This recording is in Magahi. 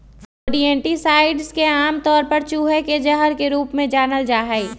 रोडेंटिसाइड्स के आमतौर पर चूहे के जहर के रूप में जानल जा हई